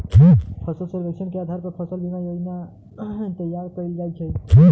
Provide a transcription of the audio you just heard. फसल सर्वेक्षण के अधार पर फसल बीमा जोजना तइयार कएल जाइ छइ